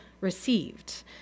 received